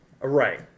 right